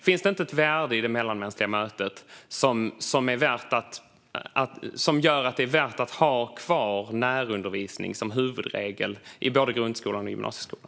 Finns det inte ett värde i det mellanmänskliga mötet som gör att det är värt att ha kvar närundervisning som huvudregel i både grundskolan och gymnasieskolan?